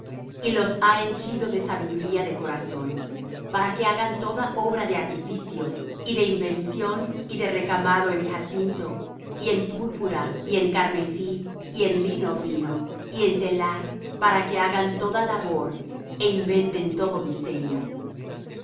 y los ha henchido de sabiduría de corazón para que hagan toda obra de artificio y de invención y de recamado en jacinto y en púrpura y en carmesí y en lino fino y en telar para que hagan toda labor é inventen todo diseño